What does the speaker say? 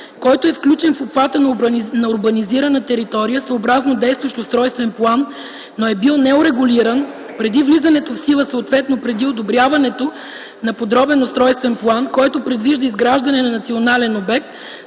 който е включен в обхвата на урбанизирана територия, съобразно действащ устройствен план, но e бил неурегулиран, преди влизането в сила, съответно преди одобряването на подробен устройствен план, който предвижда изграждане на национален обект,